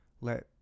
let